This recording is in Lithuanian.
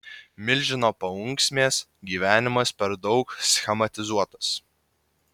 milžino paunksmės gyvenimas per daug schematizuotas